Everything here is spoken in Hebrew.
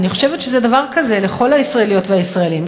אני חושבת שזה דבר כזה לכל הישראליות והישראלים.